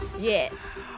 Yes